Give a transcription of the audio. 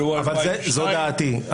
זו דעתי.